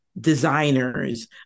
designers